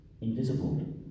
Invisible